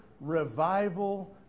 revival